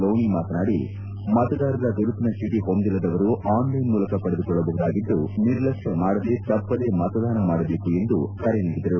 ಲೋಣಿ ಮಾತನಾಡಿ ಮತದಾರರ ಗುರುತಿನ ಚೀಟ ಹೊಂದಿಲ್ಲದವರು ಆನ್ಲೈನ್ ಮೂಲಕ ಪಡೆದುಕೊಳ್ಳಬಹುದಾಗಿದ್ದು ನಿರ್ಲಕ್ಷ್ಯ ಮಾಡದೆ ತಪ್ಪದೇ ಮತದಾನ ಮಾಡಬೇಕು ಎಂದು ಕರೆ ನೀಡಿದರು